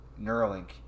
Neuralink